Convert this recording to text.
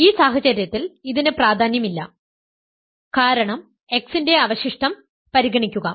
അതിനാൽ ഈ സാഹചര്യത്തിൽ ഇതിന് പ്രാധാന്യം ഇല്ല കാരണം x ന്റെ അവശിഷ്ടം പരിഗണിക്കുക